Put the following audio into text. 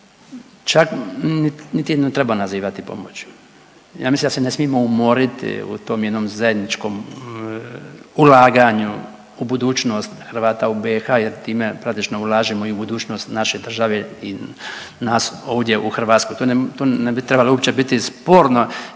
čak niti treba nazivati pomoć. Ja mislim da se ne smijemo umoriti u tom jednom zajedničkom ulaganju u budućnost Hrvata u BiH jer time praktično ulažemo i u budućnost naše države i nas ovdje u Hrvatskoj, to ne bi trebalo uopće biti sporno